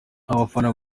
abafana